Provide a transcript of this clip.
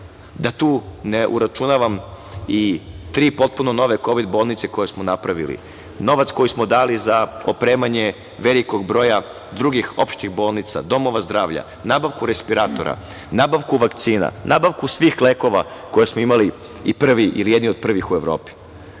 da tu ne uračunavam i tri potpuno nove kovid bolnice koje smo napravili. Novac koji smo dali za opremanje velikog broja drugih opštih bolnica, domova zdravlja, nabavku respiratora, nabavku vakcinu, nabavku svih lekova koje smo imali i prvi ili jedni od prvih u Evropi. Dakle,